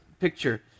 picture